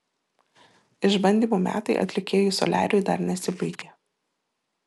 išbandymų metai atlikėjui soliariui dar nesibaigė